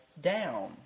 down